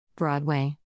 Broadway